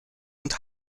und